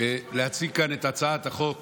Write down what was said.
להציג כאן את הצעת החוק